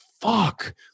fuck